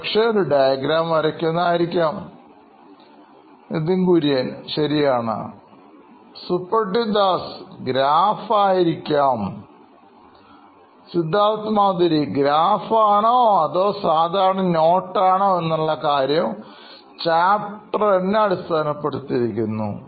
ഒരുപക്ഷേ ഒരു ഒരു ഡയഗ്രാം വരയ്ക്കുന്നത് ആയിരിക്കാം Nithin Kurian COO Knoin Electronics ശരിയാണ് Suprativ Das CTO Knoin Electronics graph ആയിരിക്കാം Siddharth Maturi CEO Knoin Electronics graph ആണോ അതോ സാധാരണ നോട്ട് ആണ് എന്നുള്ള കാര്യം ചാപ്റ്റർഎന്നതിനെ അടിസ്ഥാനപ്പെടുത്തി ഇരിക്കുന്നു